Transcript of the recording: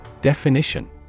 Definition